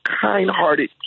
kind-hearted